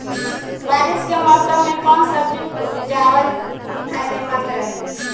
बारिश के मौषम मे कौन सब्जी उपजावल फायदेमंद रही?